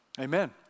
amen